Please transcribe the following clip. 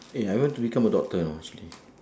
eh I want to become a doctor you know actually